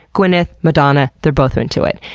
gwyneth, madonna, they're both into it.